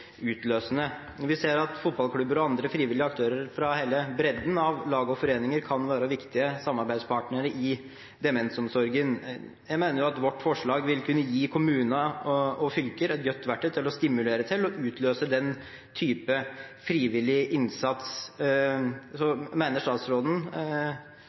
utløsende. Vi ser at fotballklubber og andre frivillige aktører fra hele bredden av lag og foreninger kan være viktige samarbeidspartnere i demensomsorgen. Jeg mener at vårt forslag vil kunne gi kommuner og fylker et godt verktøy til å stimulere til og utløse den typen frivillig innsats.